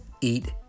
eat